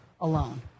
alone